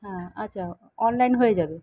হ্যাঁ আচ্ছা অনলাইন হয়ে যাবে